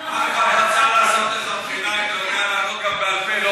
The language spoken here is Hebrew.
אחמד רצה לעשות לך בחינה אם אתה יודע לענות גם בעל פה,